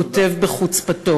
הוא כותב בחוצפתו.